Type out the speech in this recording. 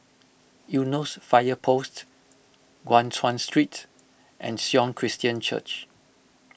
Eunos Fire Post Guan Chuan Street and Sion Christian Church